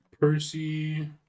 Percy